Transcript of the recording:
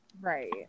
Right